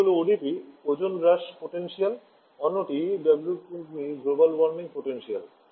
একটি হল ODP Ozone Depletion Potential অন্যটি জিডাব্লুপি গ্লোবাল ওয়ার্মিং পোটেনশিয়াল